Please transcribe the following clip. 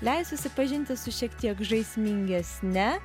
leis susipažinti su šiek tiek žaismingesne